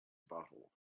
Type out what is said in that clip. bottle